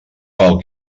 pel